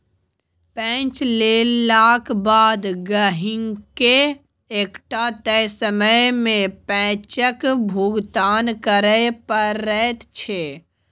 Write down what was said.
पैंच लेलाक बाद गहिंकीकेँ एकटा तय समय मे पैंचक भुगतान करय पड़ैत छै